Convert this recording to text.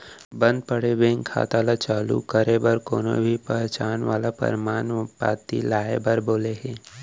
बंद पड़े बेंक खाता ल चालू करे बर कोनो भी पहचान वाला परमान पाती लाए बर बोले हे